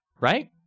right